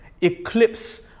eclipse